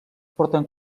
porten